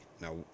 now